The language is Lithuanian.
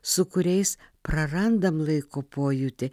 su kuriais prarandam laiko pojūtį